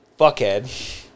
fuckhead